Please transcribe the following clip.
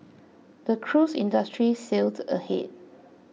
the cruise industry sailed ahead